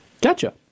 Gotcha